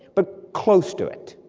but close to it.